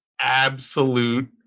absolute